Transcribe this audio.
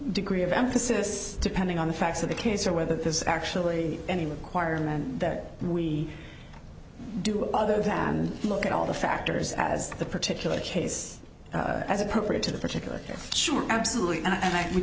degree of emphasis depending on the facts of the case or whether this actually any requirement that we do other than look at all the factors as the particular case as appropriate to the particular sure absolutely and i